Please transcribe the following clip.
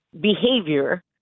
behavior